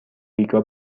ریگا